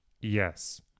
Yes